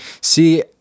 See